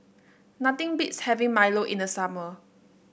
nothing beats having Milo in the summer